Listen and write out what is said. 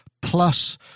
plus